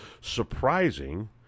surprising